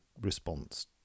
response